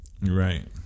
Right